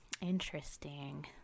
Interesting